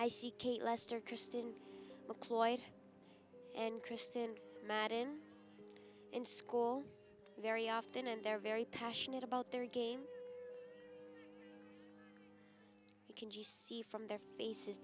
i see kate lester kristin cloyd and kristen madden in school very often and they're very passionate about their game you can see from their faces